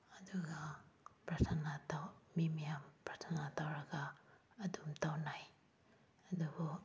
ꯑꯗꯨꯒ ꯄ꯭ꯔꯊꯅꯥ ꯃꯤ ꯃꯌꯥꯝ ꯄ꯭ꯔꯊꯅꯥ ꯇꯧꯔꯒ ꯑꯗꯨꯝ ꯇꯧꯅꯩ ꯑꯗꯨꯕꯨ